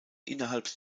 innerhalb